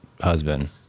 husband